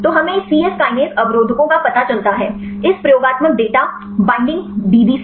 तो हमें C S kinase अवरोधकों का पता चलता है इस प्रयोगात्मक डेटा बाइंडिंग DB से